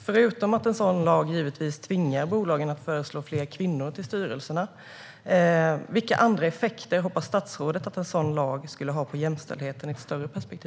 Vilka effekter hoppas statsrådet att en sådan lag får för jämställdheten i ett större perspektiv, förutom att den givetvis tvingar bolagen att föreslå fler kvinnor till styrelserna?